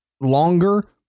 longer